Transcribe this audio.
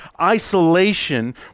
isolation